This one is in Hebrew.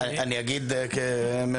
אני אגיד כממשלה.